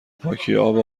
پاکی، اب